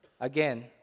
Again